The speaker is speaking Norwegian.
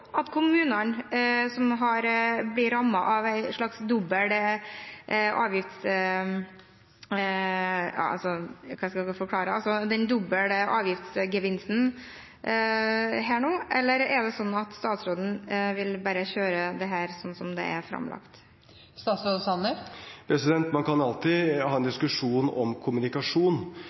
kommunene som blir rammet av en slags dobbel avgiftsgevinst her nå, eller er det sånn at statsråden bare vil kjøre dette sånn som det er framlagt? Man kan alltid ha en diskusjon om kommunikasjon,